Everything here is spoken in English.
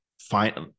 find